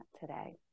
today